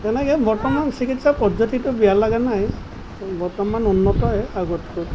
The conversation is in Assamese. তেনেকৈ বৰ্তমান চিকিৎসা পদ্ধতিটো বেয়া লগা নাই বৰ্তমান উন্নতহে আগতকৈ